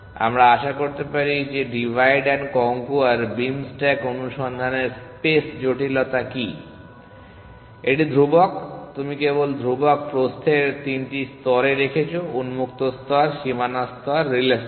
আমরা আশা করতে পারি যে divide and conquer beam stack অনুসন্ধানের স্পেস জটিলতা কী এটি ধ্রুবক তুমি কেবল ধ্রুবক প্রস্থের তিনটি স্তর রেখেছো উন্মুক্ত স্তর সীমানা স্তর এবং রিলে স্তর